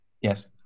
Yes